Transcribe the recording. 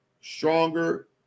stronger